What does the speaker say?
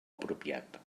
apropiat